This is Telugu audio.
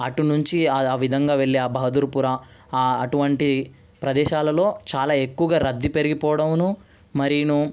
అటు నుంచి ఆ విధంగా వెళ్ళే బహుదూర్పేట ప్రదేశాలలో చాలా ఎక్కువగా రద్దీ పెరిగిపోవడము మరియు